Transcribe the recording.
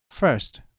First